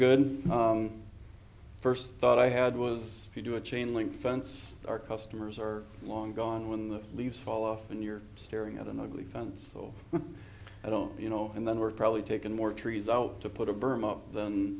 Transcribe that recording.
good first thought i had was you do a chain link fence our customers are long gone when the leaves fall off and you're staring at an ugly fence so i don't you know and then we're probably taken more trees out to put a